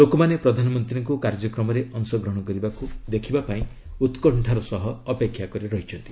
ଲୋକମାନେ ପ୍ରଧାନମନ୍ତ୍ରୀଙ୍କୁ କାର୍ଯ୍ୟକ୍ରମରେ ଅଂଶଗ୍ରହଣ କରିବାକୁ ଦେଖିବା ପାଇଁ ଉତ୍କଶ୍ଚାର ସହ ଅପେକ୍ଷା କରିଛନ୍ତି